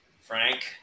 Frank